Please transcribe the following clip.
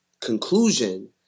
conclusion